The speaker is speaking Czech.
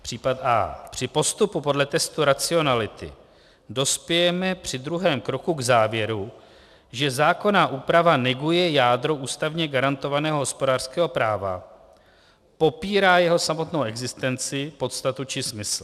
Případ a) Při postupu podle testu racionality dospějeme při druhém kroku k závěru, že zákonná úprava neguje jádro ústavně garantovaného hospodářského práva, popírá jeho samotnou existenci, podstatu či smysl.